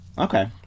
Okay